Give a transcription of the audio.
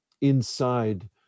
inside